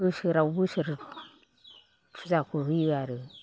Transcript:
बोसोराव बोसोर फुजाखौ होयो आरो